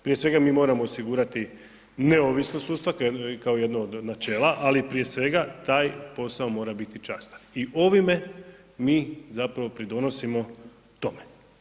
Prije svega mi moramo osigurati neovisnost sudstva kao jedno od načela, ali prije svega taj posao mora biti častan i ovime mi zapravo pridonosimo tome.